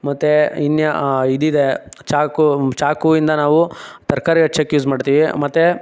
ಮತ್ತೆ ಇನ್ನ ಇದಿದೆ ಚಾಕು ಚಾಕು ಇಂದ ನಾವು ತರಕಾರಿ ಹೆಚ್ಚೋಕ್ಕೆ ಯೂಸ್ ಮಾಡ್ತೀವಿ ಮತ್ತೆ